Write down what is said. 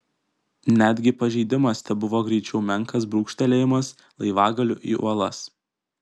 netgi pažeidimas tebuvo greičiau menkas brūkštelėjimas laivagaliu į uolas